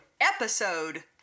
episode